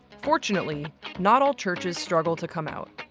fortunately not all churches struggle to come out.